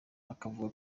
bakavuga